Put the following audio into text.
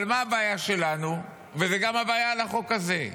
אבל מה הבעיה שלנו, וזו גם הבעיה לחוק הזה?